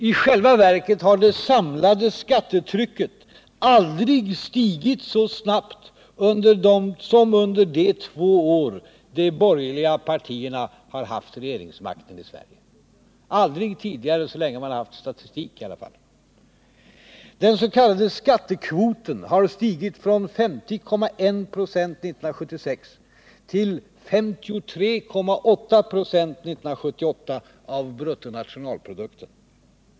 I själva verket har det samlade skattetrycket aldrig tidigare, så länge man haft statistik i alla fall, stigit så snabbt som under de två år de borgerliga partierna har haft regeringsmakten. Den s.k. skattekvoten har stigit från 50,1 96 1976 till 53,8 96 1978 av bruttonationalprodukten.